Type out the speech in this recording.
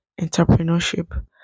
entrepreneurship